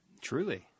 Truly